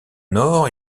nord